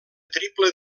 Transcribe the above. triple